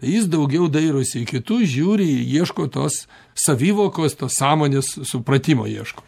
jis daugiau dairosi į kitus žiūri ieško tos savivokos tos sąmonės supratimo ieško